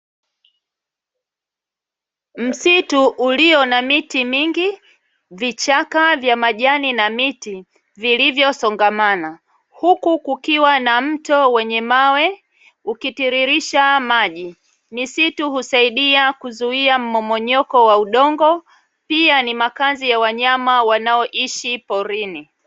Msitu ulio na miti mingi, vichaka vya majani na miti; vilivyo songamana. Huku kukiwa na mto wenye mawe ukitiririsha maji. Misitu husaidia kuzuia mmomonyoko wa udongo, pia ni makazi ya wanyama wanaoishi porini.